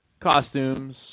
costumes